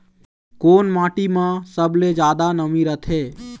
कोन माटी म सबले जादा नमी रथे?